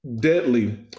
deadly